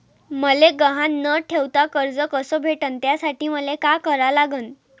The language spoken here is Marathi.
मले गहान न ठेवता कर्ज कस भेटन त्यासाठी मले का करा लागन?